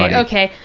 like okay.